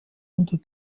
unter